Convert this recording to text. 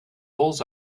bulls